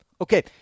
Okay